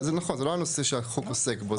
זה לא הנושא שהחוק עוסק בו,